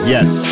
Yes